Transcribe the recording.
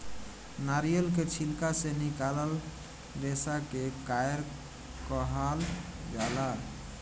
नारियल के छिलका से निकलाल रेसा के कायर कहाल जाला